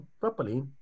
properly